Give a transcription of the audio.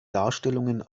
darstellungen